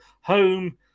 home